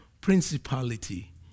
principality